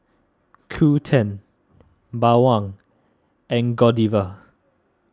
Qoo ten Bawang and Godiva